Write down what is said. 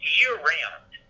year-round